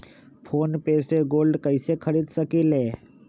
Phone पे से gold कईसे खरीद सकीले?